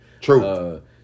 True